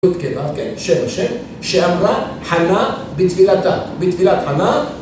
שם ה' שאמרה חנה בתפילתה, בתפילת חנה